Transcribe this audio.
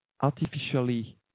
artificially